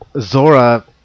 zora